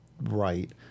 right